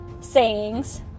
sayings